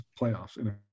playoffs